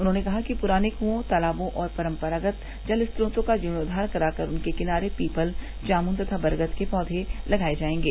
उन्होंने कहा कि पुराने कुंओं तालाबों और परम्परागत जल स्रोतों का जीर्णोद्वार कराकर उनके किनारे पीपल जामुन तथा बरगद के पौघे लगाये जायेंगे